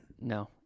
No